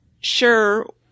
sure